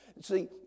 See